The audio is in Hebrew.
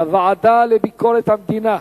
הוועדה לביקורת המדינה,